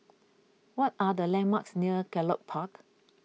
what are the landmarks near Gallop Park